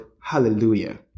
Hallelujah